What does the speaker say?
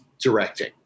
directing